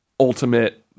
Ultimate